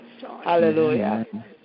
Hallelujah